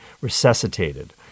resuscitated